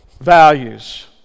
values